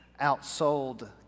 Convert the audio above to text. outsold